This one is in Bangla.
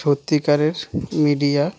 সত্যিকারের মিডিয়া